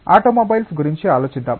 automobiles గురించి ఆలోచిద్దాం